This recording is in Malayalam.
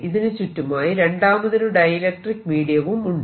ഇതിനു ചുറ്റുമായി രണ്ടാമതൊരു ഡൈഇലക്ട്രിക്ക് മീഡിയവും ഉണ്ട്